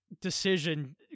decision